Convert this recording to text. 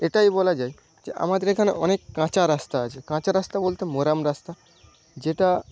এটাই বলা যায় যে আমাদের এখানে অনেক কাঁচা রাস্তা আছে কাঁচা রাস্তা বলতে মোরাম রাস্তা যেটা